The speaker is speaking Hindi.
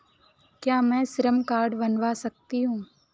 क्या मैं श्रम कार्ड बनवा सकती हूँ?